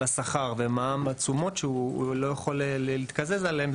השכר ומע"מ התשומות שהוא לא יכול להתקזז עליהם,